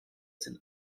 sind